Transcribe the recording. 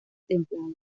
templado